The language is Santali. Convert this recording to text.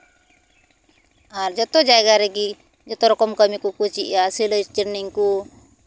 ᱟᱨ ᱡᱚᱛᱚ ᱡᱟᱭᱜᱟ ᱨᱮᱜᱤ ᱡᱚᱛᱚ ᱨᱚᱠᱚᱢ ᱠᱟᱹᱢᱤ ᱠᱚ ᱪᱮᱫᱼᱟ ᱥᱤᱞᱟᱹᱭ ᱴᱨᱮᱱᱤᱝ ᱠᱚ